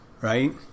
Right